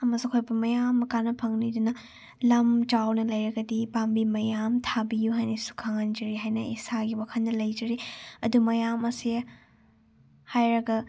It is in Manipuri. ꯑꯃꯁꯨꯡ ꯑꯩꯈꯣꯏ ꯑꯄꯨꯝꯕ ꯃꯌꯥꯝ ꯀꯥꯟꯅꯕ ꯐꯪꯒꯅꯤ ꯑꯗꯨꯅ ꯂꯝ ꯆꯥꯎꯅ ꯂꯩꯔꯒꯗꯤ ꯄꯥꯝꯕꯤ ꯃꯌꯥꯝ ꯊꯥꯕꯤꯌꯨ ꯍꯥꯏꯅꯁꯨ ꯈꯪꯍꯟꯖꯔꯤ ꯍꯥꯏꯅ ꯏꯁꯥꯒꯤ ꯋꯥꯈꯟꯗ ꯂꯩꯖꯔꯤ ꯑꯗꯨ ꯃꯌꯥꯝ ꯑꯁꯦ ꯍꯥꯏꯔꯒ